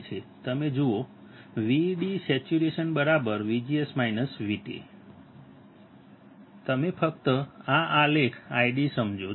તમે જુઓ V D saturation VGS VT તમે ફક્ત આ આલેખ ID સમજો છો